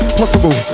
possible